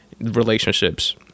relationships